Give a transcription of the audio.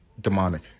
demonic